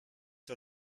sur